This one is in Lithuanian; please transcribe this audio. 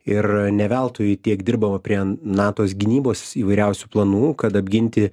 ir ne veltui tiek dirbama prie na tos gynybos įvairiausių planų kad apginti